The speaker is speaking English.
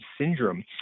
syndrome